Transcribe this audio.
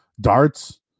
darts